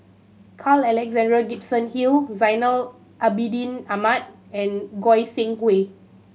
Carl Alexander Gibson Hill Zainal Abidin Ahmad and Goi Seng Hui